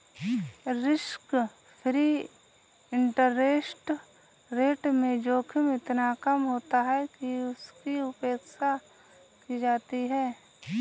risk free interest rate में जोखिम इतना कम होता है कि उसकी उपेक्षा की जाती है